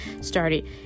started